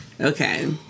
Okay